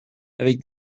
avec